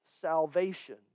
salvation